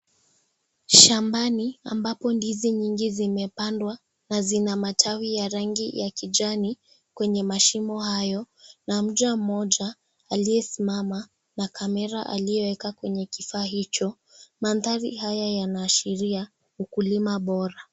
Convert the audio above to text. Shambani, ambapo ndizi nyingi zimepandwa na zina matawi ya rangi ya kijani, kwenye mashimo hayo na mja mmoja aliyesimama na kamera aliyoweka kwenye kifaa hicho. Mandhari haya yanaashiria ukulima bora.